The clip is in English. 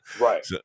Right